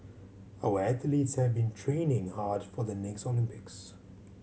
our athletes have been training hard for the next Olympics